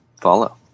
follow